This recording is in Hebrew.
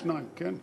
שניים, כן.